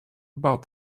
about